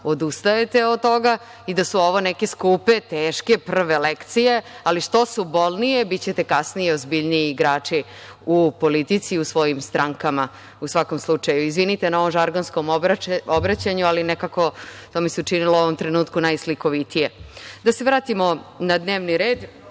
odustajete od toga i da su ovo neke skupe teške prve lekcije, ali što su bolnije, bićete kasnije ozbiljniji igrači u politici i u svojim strankama.U svakom slučaju, izvinite na ovom žargonskom obraćanju, ali to mi se učinilo u ovom trenutku najslikovitije. Da se vratimo na dnevni red.